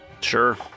Sure